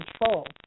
control